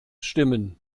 stimmen